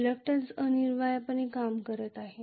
reluctance अनिवार्यपणे कमी होत आहे